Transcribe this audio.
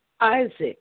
Isaac